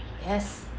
yes